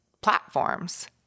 platforms